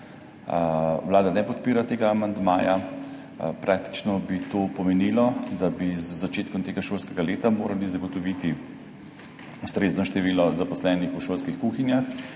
Vlada ne podpira tega amandmaja. Praktično bi to pomenilo, da bi z začetkom tega šolskega leta morali zagotoviti ustrezno število zaposlenih v šolskih kuhinjah